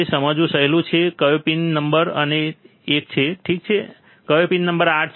તે સમજવું સહેલું છે કે કયો પિન નંબર એક છે ઠીક છે અને કયો પિન નંબર 8